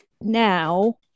now